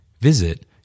Visit